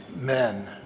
men